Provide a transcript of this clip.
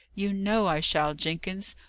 you know i shall, jenkins.